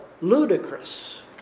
ludicrous